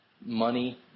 money